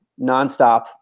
nonstop